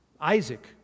Isaac